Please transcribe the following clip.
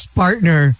partner